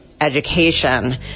education